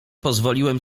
pozwoliłem